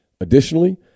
Additionally